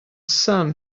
sun